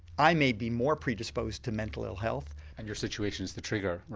i may be more predisposed to mental ill health. and your situation is the trigger?